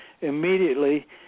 immediately